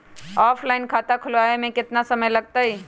Offline खाता खुलबाबे में केतना समय लगतई?